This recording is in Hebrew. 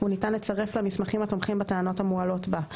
וניתן לצרף לה מסמכים התומכים בטענות המועלות בה.